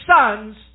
sons